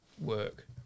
work